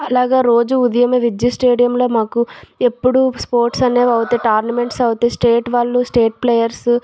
అలాగా రోజు ఉదయమే విద్య స్టేడియంలో మాకు ఎప్పుడూ స్పోర్ట్స్ అనేవి అవుతాయి టోర్నమెంట్స్ అవుతాయి స్టేట్ వాళ్ళు స్టేట్ ప్లేయర్స్